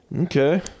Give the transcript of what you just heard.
Okay